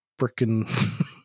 freaking